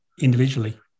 individually